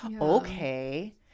okay